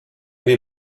wir